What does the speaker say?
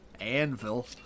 Anvil